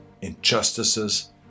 injustices